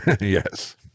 Yes